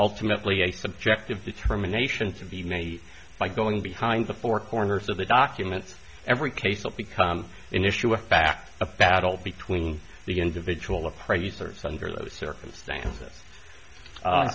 ultimately a subjective determination to be made by going behind the four corners of the documents every case that becomes an issue of fact a battle between the individual appraisers under those circumstances